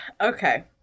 Okay